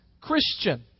Christian